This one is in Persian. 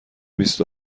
بیست